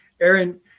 Aaron